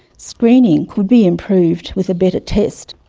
screening could be improved with a better test.